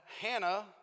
Hannah